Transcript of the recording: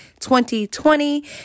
2020